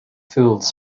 fools